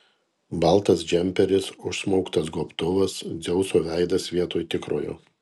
baltas džemperis užsmauktas gobtuvas dzeuso veidas vietoj tikrojo